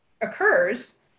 occurs